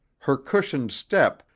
her cushioned step,